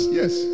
yes